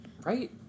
right